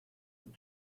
and